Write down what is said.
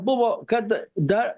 buvo kad dar